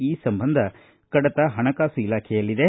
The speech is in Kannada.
ಈ ಸಂಬಂಧ ಕಡತ ಹಣಕಾಸು ಇಲಾಖೆಯಲ್ಲಿದೆ